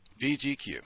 VGQ